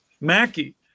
Mackie